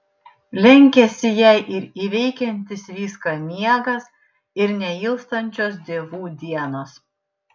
lenkiasi jai ir įveikiantis viską miegas ir neilstančios dievų dienos